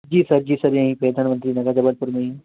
जी sir जी sir यहीं पर धनवंतरी नगर जबलपुर में ही